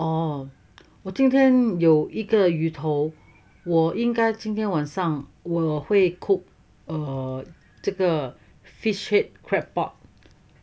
我今天有一个鱼头我应该今天晚上我会 cook err 这个 fish head claypot